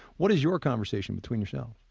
what is your conversation between yourselves?